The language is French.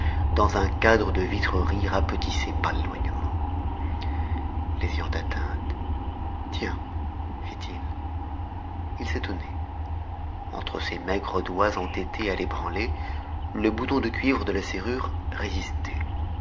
dans un cadre de vitreries rapetissé par l'éloignement les ayant atteintes tiens fit-il il s'étonnait entre ses maigres doigts entêtés à l'ébranler le bouton de cuivre de la serrure résistait